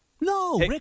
No